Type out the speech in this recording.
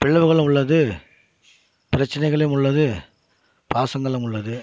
பிழவுகளும் உள்ளது பிரச்சினைகளும் உள்ளது பாசங்களும் உள்ளது